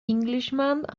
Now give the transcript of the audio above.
englishman